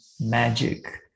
magic